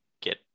get